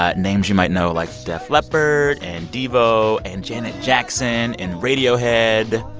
ah names you might know, like def leppard and devo and janet jackson and radiohead.